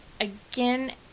Again